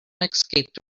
escaped